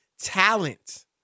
talent